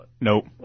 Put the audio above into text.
Nope